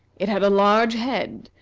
it had a large head,